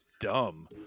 dumb